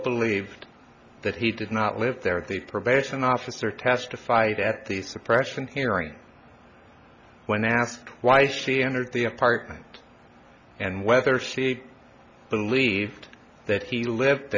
believed that he did not live there they prevention officer testified at the suppression hearing when asked why she entered the apartment and whether she believed that he lived